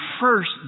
first